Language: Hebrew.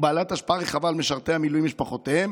בעלת השפעה רחבה על משרתי המילואים ומשפחותיהם.